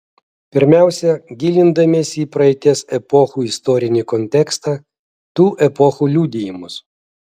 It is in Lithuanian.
pirmiausia gilindamiesi į praeities epochų istorinį kontekstą tų epochų liudijimus